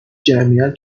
جمعیت